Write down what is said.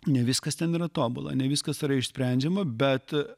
ne viskas ten yra tobula ne viskas yra išsprendžiama bet